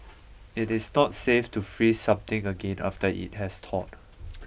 it is not safe to freeze something again after it has thawed